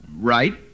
Right